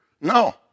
No